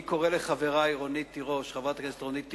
אני קורא לחברי, חברת הכנסת רונית תירוש,